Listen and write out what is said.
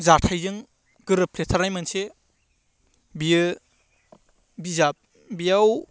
जाथायजों गोरोबफ्लेथारनाय मोनसे बेयो बिजाब बेयाव